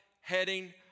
heading